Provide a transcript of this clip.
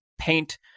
paint